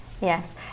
yes